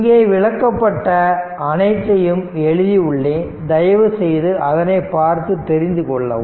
இங்கே விளக்கப்பட்ட அனைத்தையும் எழுதி உள்ளேன் தயவு செய்து அதனை பார்த்து தெரிந்து கொள்ளவும்